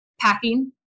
packing